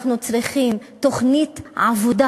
אנחנו צריכים תוכנית עבודה